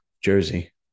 Jersey